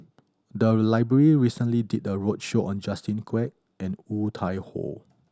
the library recently did a roadshow on Justin Quek and Woon Tai Ho